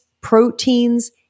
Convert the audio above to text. proteins